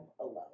alone